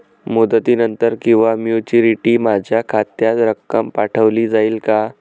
मुदतीनंतर किंवा मॅच्युरिटी माझ्या खात्यात रक्कम पाठवली जाईल का?